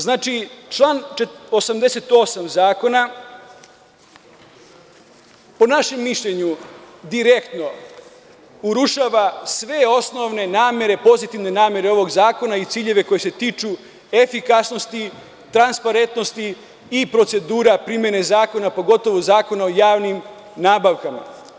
Znači, član 88. zakona, po našem mišljenju, direktno urušava sve osnovne pozitivne namere ovog zakona i ciljeve koji se tiču efikasnosti, transparentnosti i procedura primene zakona, pogotovo Zakona o javnim nabavkama.